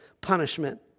punishment